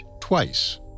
twice